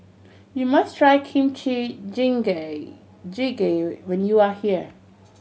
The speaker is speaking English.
you must try Kimchi Jjigae when you are here